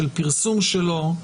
של הפרסום שלו.